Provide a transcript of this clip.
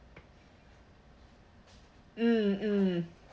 mm mm